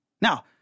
Now